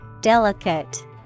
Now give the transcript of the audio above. Delicate